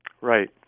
Right